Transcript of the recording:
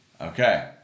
Okay